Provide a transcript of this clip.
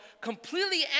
completely